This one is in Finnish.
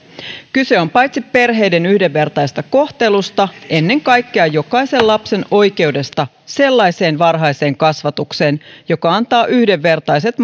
kyse on paitsi perheiden yhdenvertaisesta kohtelusta ennen kaikkea jokaisen lapsen oikeudesta sellaiseen varhaiseen kasvatukseen joka antaa yhdenvertaiset